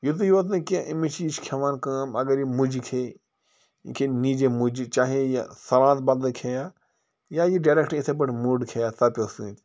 یُتُے یوت نہٕ کینٛہہ أمِس چھِ یہِ چھِ کھٮ۪وان کٲم اگر یہِ مُجہِ کھیٚیہِ یہِ کھیٚیہِ نیٖجَے مُجہِ چاہے یہِ سلاد بَدلہٕ کھیٚیا یا یہِ ڈیریکٹ یِتھَے پٲٹھۍ مُڑ کھیٚیا ژَپیو سۭتۍ